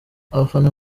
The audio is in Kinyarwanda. abafana